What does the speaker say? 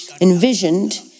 envisioned